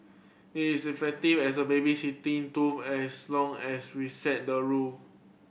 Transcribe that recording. it is effective as a babysitting tool as long as we set the rule